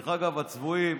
דרך אגב, הצבועים